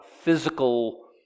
physical